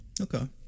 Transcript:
Okay